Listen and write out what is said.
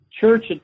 church